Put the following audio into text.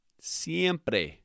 siempre